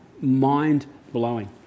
mind-blowing